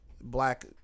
black